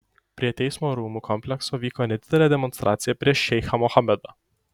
prie teismo rūmų komplekso vyko nedidelė demonstracija prieš šeichą mohamedą